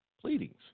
pleadings